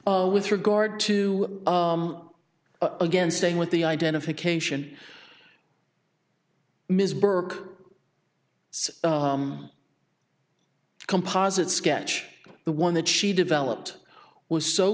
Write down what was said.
with regard to again staying with the identification ms burke composite sketch the one that she developed was so